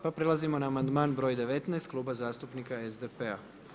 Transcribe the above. Pa prelazimo na amandman broj 19 Kluba zastupnika SDP-a.